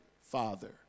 Father